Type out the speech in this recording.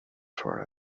for